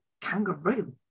kangaroo